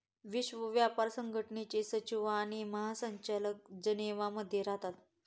विश्व व्यापार संघटनेचे सचिव आणि महासंचालक जनेवा मध्ये राहतात